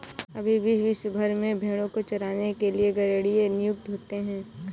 अभी भी विश्व भर में भेंड़ों को चराने के लिए गरेड़िए नियुक्त होते हैं